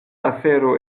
afero